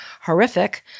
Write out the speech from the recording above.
horrific